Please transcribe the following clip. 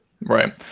Right